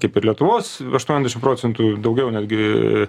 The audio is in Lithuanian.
kaip ir lietuvos aštuoniasdešimt procentų daugiau netgi